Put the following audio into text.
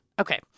Okay